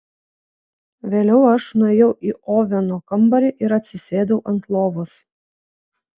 vėliau aš nuėjau į oveno kambarį ir atsisėdau ant lovos